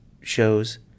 shows